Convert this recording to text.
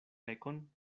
pekon